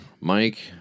Mike